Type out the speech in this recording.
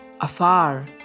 afar